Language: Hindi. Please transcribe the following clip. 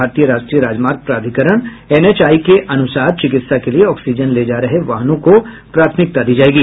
भारतीय राष्ट्रीय राजमार्ग प्राधिकरण एनएचएआई के अनुसार चिकित्सा के लिये ऑक्सीजन ले जा रहे वाहनों को प्राथमिकता दी जाएगी